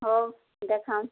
ହଉ ଦେଖାନ୍ତୁ